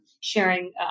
sharing